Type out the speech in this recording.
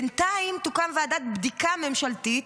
בינתיים תוקם ועדת בדיקה ממשלתית,